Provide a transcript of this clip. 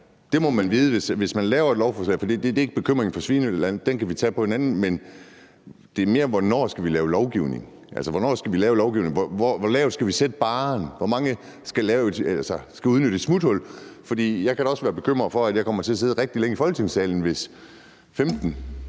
Det må man vide, når man laver et lovforslag. Vi kan tage bekymringen en anden gang, men det er mere, hvornår vi skal lave lovgivning. Hvor lavt skal vi sætte barren, hvor mange skal udnytte et smuthul? Jeg kan da også være bekymret for, at jeg kommer til at sidde rigtig længe i Folketingssalen, hvis der